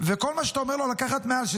וכל מה שאתה אומר לו לקחת מעל,